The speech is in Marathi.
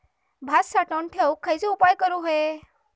भात साठवून ठेवूक खयचे उपाय करूक व्हये?